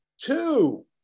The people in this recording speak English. two